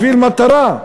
בשביל מטרה,